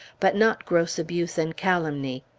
but not gross abuse and calumny.